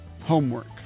homework